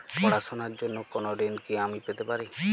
পড়াশোনা র জন্য কোনো ঋণ কি আমি পেতে পারি?